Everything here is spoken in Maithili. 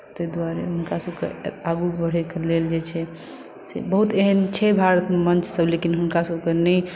ताहि दुआरे हुनकासभकेँ आगू बढ़ैक लेल जे से बहुत एहन छै भारतमे मञ्चसभ लेकिन हुनकासभकेँ नहि